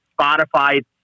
Spotify